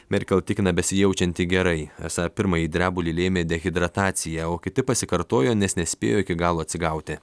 merkel tikina besijaučianti gerai esą pirmąjį drebulį lėmė dehidratacija o kiti pasikartojo nes nespėjo iki galo atsigauti